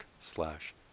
slash